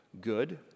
good